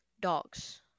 dogs